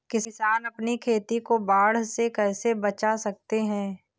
किसान अपनी खेती को बाढ़ से कैसे बचा सकते हैं?